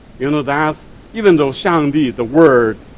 you know that even though shangdi the word,